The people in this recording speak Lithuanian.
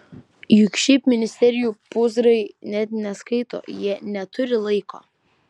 juk šiaip ministerijų pūzrai net neskaito jie neturi laiko